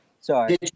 sorry